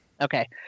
Okay